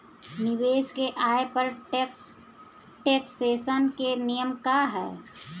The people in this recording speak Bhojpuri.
निवेश के आय पर टेक्सेशन के नियम का ह?